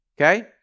Okay